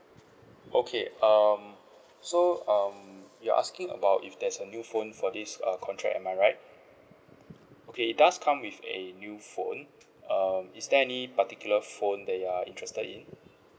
okay um so um you're asking about if there's a new phone for this err contract am I right okay it does come with a new phone um is there any particular phone that you are interested in